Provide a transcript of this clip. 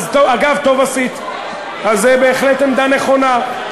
אגב, טוב עשית, זו בהחלט עמדה נכונה.